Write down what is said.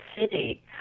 City